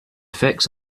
fix